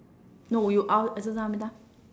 no you al~ exercise how many time